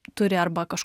turi arba kaž